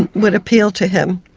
and would appeal to him.